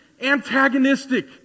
antagonistic